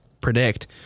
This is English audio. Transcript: predict